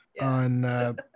on